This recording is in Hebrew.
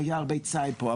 היה הרבה ציד פה.